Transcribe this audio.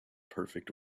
perfect